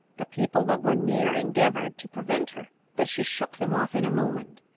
the people that were near endeavoured to prevent her, but she shook them off in a moment.